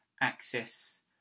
access